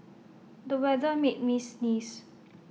the weather made me sneeze